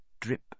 drip